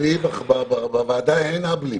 אצלי בוועדה אין אהבלים.